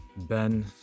Ben